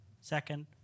Second